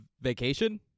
vacation